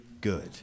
good